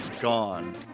gone